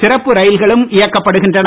சிறப்பு ரயில்களும் இயக்கப்படுகின்றன